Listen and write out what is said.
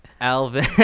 Alvin